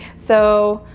so,